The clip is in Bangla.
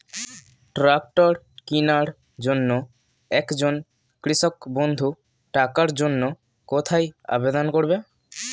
ট্রাকটার কিনার জন্য একজন কৃষক বন্ধু টাকার জন্য কোথায় আবেদন করবে?